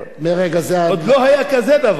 עוד לא היה כזה דבר.